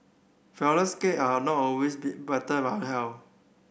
flourless cake are a not always better for health